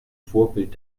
vorbild